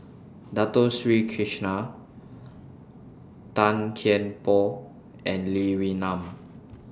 Dato Sri Krishna Tan Kian Por and Lee Wee Nam